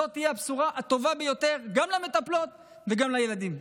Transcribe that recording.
זו תהיה הבשורה הטובה ביותר גם למטפלות וגם לילדים.